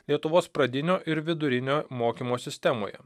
lietuvos pradinio ir vidurinio mokymo sistemoje